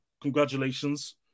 congratulations